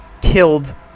killed